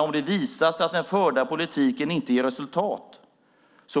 Om det visar sig att den förda politiken inte ger resultat